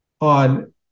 on